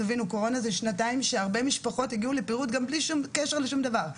תבינו אלו שנתיים שהרבה משפחות הגיעו לפירוד וגם בלי שום קשר לשום דבר.